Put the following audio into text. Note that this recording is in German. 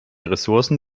ressourcen